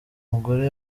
mugore